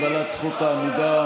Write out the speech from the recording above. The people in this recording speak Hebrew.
הגבלת זכות העמידה)